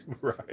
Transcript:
Right